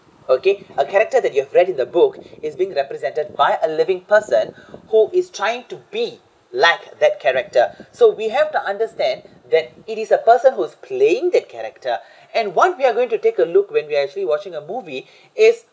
okay a character that you have read in a book is being represented by a living person who is trying to be like that character so we have to understand that it is a person who's playing that character and one we are going to take a look when we're actually watching a movie is